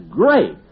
great